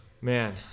man